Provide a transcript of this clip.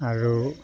আৰু